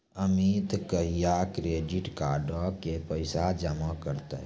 अमित कहिया क्रेडिट कार्डो के पैसा जमा करतै?